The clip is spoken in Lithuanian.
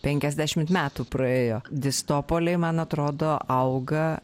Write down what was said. penkiasdešimt metų praėjo distopoliai man atrodo auga